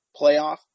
playoff